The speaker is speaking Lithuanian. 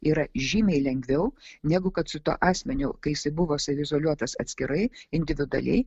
yra žymiai lengviau negu kad su tuo asmeniu kai jisai buvo saviizoliuotas atskirai individualiai